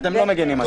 אתם לא מגנים עלינו.